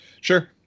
Sure